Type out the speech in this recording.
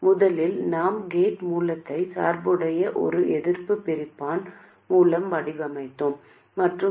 மற்றும் மின்தேக்கி C1 சரியாக தேர்ந்தெடுக்கப்பட்டதாக நாங்கள் கருதுகிறோம் அதுவும் ஒரு குறுகிய சுற்று